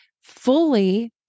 fully